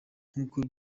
nkuko